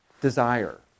desire